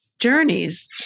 Journeys